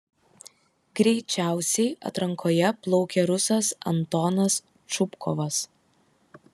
greičiausiai atrankoje plaukė rusas antonas čupkovas